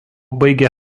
baigė